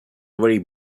very